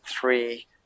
three